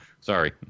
Sorry